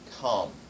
come